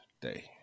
Day